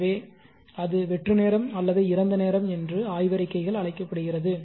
எனவே அது வெற்று நேரம் அல்லது இறந்த நேரம் என்று ஆய்வறிக்கைகள் அழைக்கப்படுகிறது